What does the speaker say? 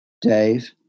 Dave